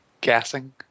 guessing